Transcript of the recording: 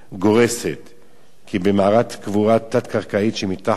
כי במערת קבורה תת-קרקעית שמתחת למבנה